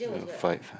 five